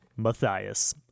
Matthias